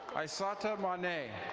aysata monay.